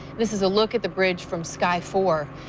this is a look at the bridge from sky four,